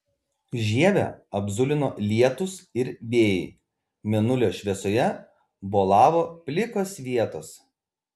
žievę apzulino lietūs ir vėjai mėnulio šviesoje bolavo plikos vietos